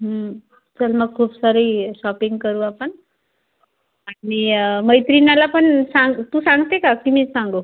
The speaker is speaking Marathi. हो तर मग खूप सारी शॉपिंग करू आपण आणि मैत्रिणीला पण सांग तू सांगते का की मी सांगू